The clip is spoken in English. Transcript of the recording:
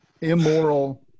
immoral